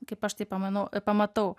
kaip aš tai pamanau e pamatau